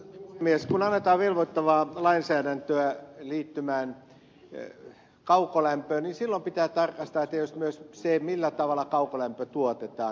kun annetaan velvoittavaa lainsäädäntöä liittymään kaukolämpöön niin silloin pitää tarkastaa myös sitä millä tavalla kaukolämpö tuotetaan